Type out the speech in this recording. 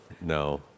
no